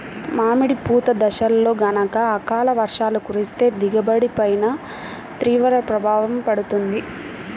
మామిడి పూత దశలో గనక అకాల వర్షాలు కురిస్తే దిగుబడి పైన తీవ్ర ప్రభావం పడుతుంది